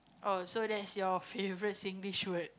oh so that's your favourite Singlish word